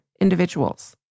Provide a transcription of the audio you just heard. individuals